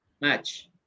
match